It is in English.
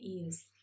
ears